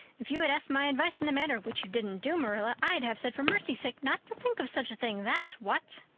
if you had asked my advice in the matter which you didn't do, marilla i'd have said for mercy's sake not to think of such a thing, that's what.